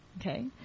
okay